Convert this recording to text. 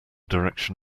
direction